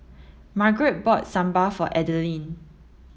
Margret bought Sambar for Adeline